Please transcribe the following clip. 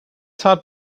tat